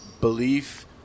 belief